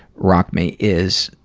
rock me, is,